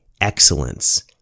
excellence